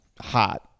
hot